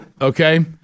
okay